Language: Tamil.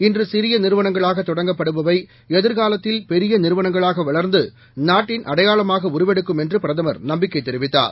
இன்று சிறிய்நிறுவனங்களாகதொடங்கப்படுபவைஎதிர்காலத்தில் பெரியநிறுவனங்களாகவளர்ந்து நாட்டின்அடையாளமாகஉருவெடுக்கும்என்றுபிரதமர்நம்பி க்கைதெரிவித்தார்